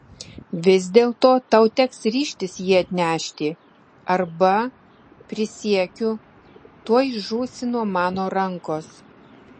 vis dėlto tau teks ryžtis jį atnešti arba prisiekiu tuoj žūsi nuo mano rankos